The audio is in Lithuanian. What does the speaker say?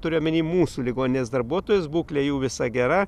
turiu omeny mūsų ligoninės darbuotojus būklė jų visa gera